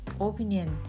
opinion